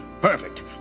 perfect